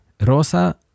rosa